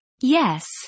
Yes